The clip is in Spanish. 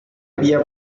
había